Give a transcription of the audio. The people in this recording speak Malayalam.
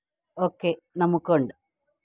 ഒക്കെ നമുക്കുണ്ട്